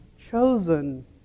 chosen